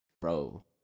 bro